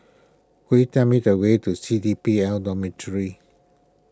could you tell me the way to C D P L Dormitory